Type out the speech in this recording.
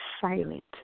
silent